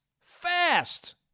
fast